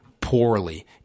poorly